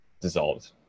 dissolved